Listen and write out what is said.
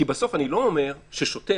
כי בסוף אני לא אומר ששוטר,